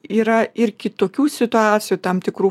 yra ir kitokių situacijų tam tikrų